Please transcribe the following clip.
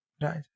Right